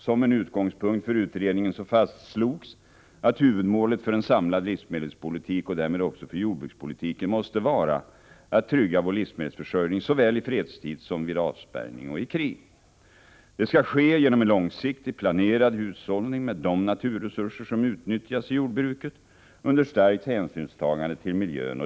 Som en utgångspunkt för utredningen fastslogs att huvudmålet för en samlad livsmedelspolitik och därmed också för jordbrukspolitiken måste vara att trygga vår livsmedelsförsörjning såväl i fredstid som vid avspärrning och i krig. Det skall ske genom en långsiktig och planerad hushållning med de naturresurser som utnyttjas i jordbruket, under starkt hänsynstagande till miljön.